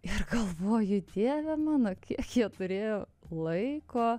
ir galvoju dieve mano kiek jie turėjo laiko